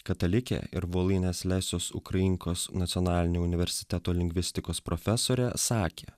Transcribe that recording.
katalikė ir voluinės lesus ukrainkos nacionalinio universiteto lingvistikos profesorė sakė